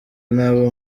n’abo